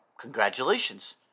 congratulations